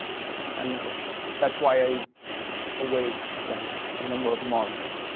and that's why i await like a number of months,